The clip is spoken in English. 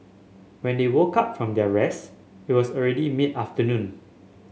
when they woke up from their rest it was already mid afternoon